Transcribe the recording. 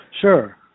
Sure